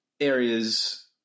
areas